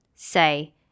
Say